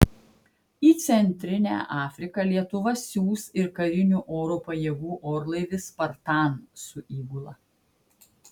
į centrinę afriką lietuva siųs ir karinių oro pajėgų orlaivį spartan su įgula